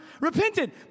repented